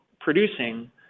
producing